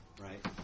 Right